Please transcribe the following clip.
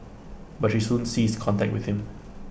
but she soon ceased contact with him